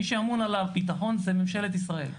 מי שאמון על הביטחון היא ממשלת ישראל,